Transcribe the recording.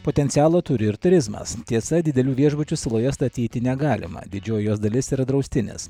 potencialo turi ir turizmas tiesa didelių viešbučių saloje statyti negalima didžioji jos dalis yra draustinis